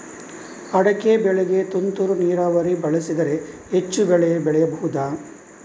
ಅಡಿಕೆ ಬೆಳೆಗೆ ತುಂತುರು ನೀರಾವರಿ ಬಳಸಿದರೆ ಹೆಚ್ಚು ಬೆಳೆ ಬೆಳೆಯಬಹುದಾ?